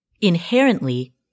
inherently